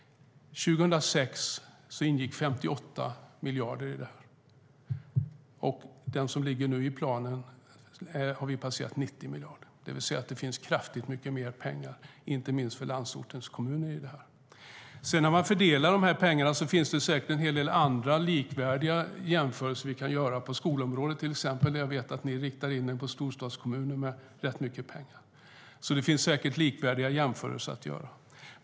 År 2006 ingick 58 miljarder. Det som nu ligger i planen innebär att vi har passerat 90 miljarder. Det finns alltså mycket mer pengar, inte minst för landsortens kommuner, i systemet. När man fördelar pengarna finns det säkert en hel del likvärdiga jämförelser vi kan göra, till exempel på skolområdet. Där vet jag att ni riktar er till storstadskommuner med rätt mycket pengar, så det finns säkert likvärdiga jämförelser att göra.